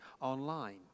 online